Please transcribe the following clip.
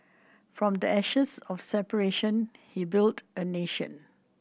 from the ashes of separation he built a nation